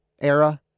era